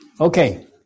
Okay